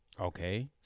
Okay